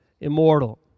immortal